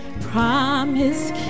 promise